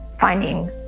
finding